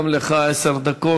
גם לך עשר דקות,